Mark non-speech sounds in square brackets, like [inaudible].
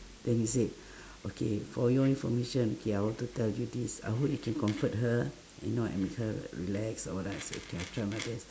then he said [breath] okay for your information k I want to tell you this I hope you can comfort her and know and make her relax or what then I say okay I try my best